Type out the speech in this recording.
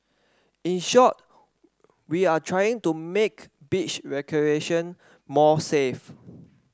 in short we are trying to make beach recreation more safe